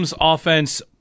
offense